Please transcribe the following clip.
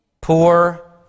poor